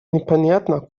непонятно